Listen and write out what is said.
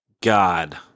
God